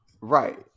right